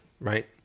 right